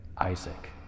Isaac